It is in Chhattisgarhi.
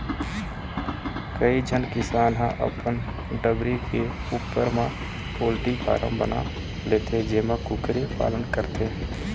कइझन किसान ह अपन डबरी के उप्पर म पोल्टी फारम बना लेथे जेमा कुकरी पालन करथे